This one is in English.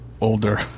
older